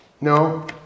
No